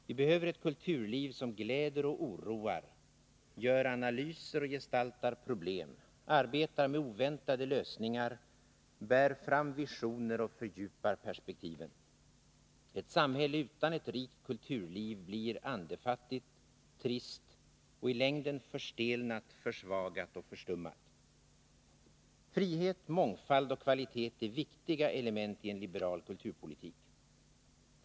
Vi behöver ett kulturliv som gläder och oroar, gör analyser och gestaltar problem, arbetar med oväntade lösningar, bär fram visioner och fördjupar perspektiven. Ett samhälle utan ett rikt kulturliv blir andefattigt, trist och i längden förstelnat, försvagat och förstummat. Frihet, mångfald och kvalitet är viktiga element i en liberal kulturpolitik.